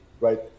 right